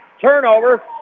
turnover